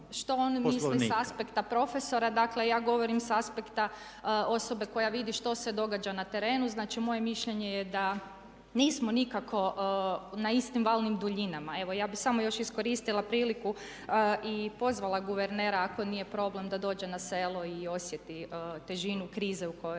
što on misli s aspekta profesora, dakle ja govorim sa aspekta osobe koja vidi što se događa na terenu. Znači moje mišljenje je da nismo nikako na istim valnim duljinama. Evo ja bih samo još iskoristila priliku i pozvala guvernera ako nije problem da dođe na selo i osjeti težinu krize u koju